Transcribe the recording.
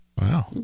wow